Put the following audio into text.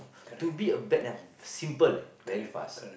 to be a bad uh simple eh very fast